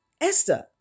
Esther